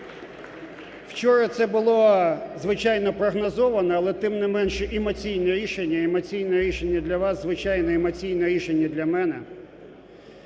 Вчора це було, звичайно, прогнозоване, але тим не менше емоційне рішення, емоційне рішення для вас, звичайно, емоційне рішення для мене.